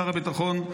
שר הביטחון,